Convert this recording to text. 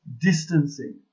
distancing